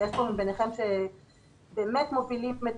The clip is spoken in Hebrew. ויש כאן ביניכם כאלה שבאמת מובילים את